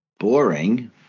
Boring